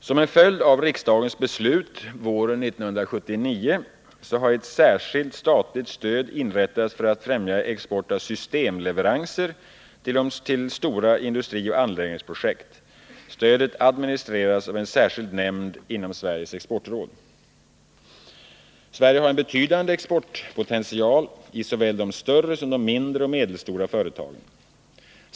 Som en följd av riksdagens beslut våren 1979 har ett särskilt statligt stöd inrättats för att främja export av systemleveranser till stora industrioch anläggningsprojekt. Stödet administreras av en särskild nämnd inom Sveriges exportråd. Sverige har en betydande exportpotential i såväl de större som de mindre och medelstora företagen.